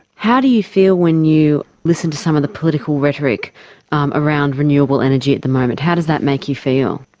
how do you feel when you listen to some of the political rhetoric um around renewable energy at the moment, how does that make you feel?